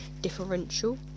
differential